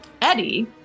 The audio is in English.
Eddie